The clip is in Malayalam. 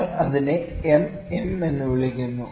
നിങ്ങൾ അതിനെ mm എന്ന് വിളിക്കുന്നു